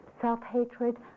self-hatred